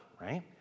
right